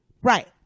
Right